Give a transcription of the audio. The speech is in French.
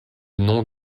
nom